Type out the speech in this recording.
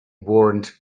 warrant